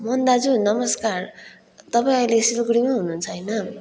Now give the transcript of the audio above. मोहन दाजु नमस्कार तपाईँ अहिले सिलगढीमै हुनुहुन्छ होइन